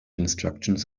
instructions